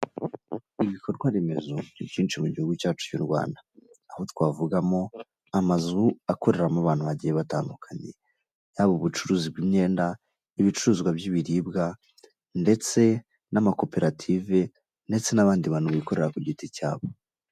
Ibikorwaremezo ni byinshi mu gihugu cyacu cy' u Rwanda aho twavugamo amazu akoreramo abantu bagiye batandukanye yaba ubucuruzi bw'imyenda, ibicuruzwa by'ibiribwa ndetse n'amakoperative ndetse n'abandi bantu bikorera ku giti cyabo.